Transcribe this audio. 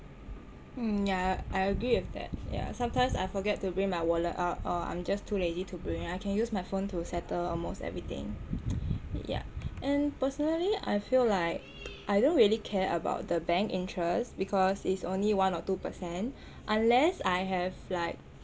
mm ya I agree with that yah sometimes I forget to bring my wallet out or I'm just too lazy to bring I can use my phone to settle almost everything yah and personally I feel like I don't really care about the bank interest because it's only one or two percent unless I have like